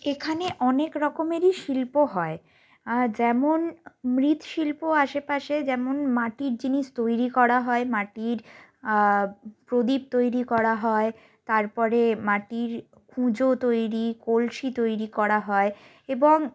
এখানে অনেক রকমেরই শিল্প হয় যেমন মৃৎশিল্প আশেপাশে যেমন মাটির জিনিস তৈরি করা হয় মাটির প্রদীপ তৈরি করা হয় তারপরে মাটির কুঁজো তৈরি কলসি তৈরি করা হয় এবং